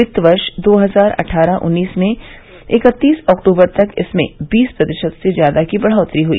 वित्त वर्ष दो हजार अट्ठारह उन्नीस में इक्कतीस अक्टूबर तक इसमें बीस प्रतिशत से ज्यादा की बढ़ोतरी हुई